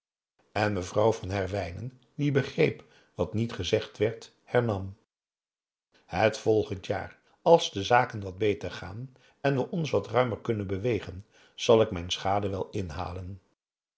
en mevrouw van herwijnen die begreep wat niet gezegd werd hernam het volgend jaar als de zaken wat beter gaan en we ons wat ruimer kunnen bewegen zal ik mijn schade wel inhalen